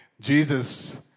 Jesus